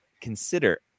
consider